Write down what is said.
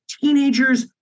teenagers